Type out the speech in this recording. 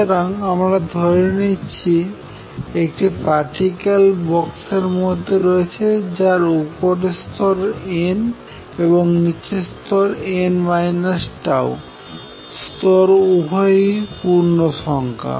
সুতরাং আমরা ধরে নিচ্ছি একটি পার্টিকেল বক্সের মধ্যে রয়েছে যার উপরের স্তর n এবং নিচের n τ স্তর উভয়ই পূর্ণ সংখ্যা